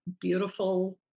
beautiful